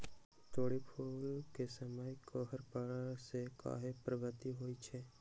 तोरी फुल के समय कोहर पड़ने से काहे पभवित होई छई?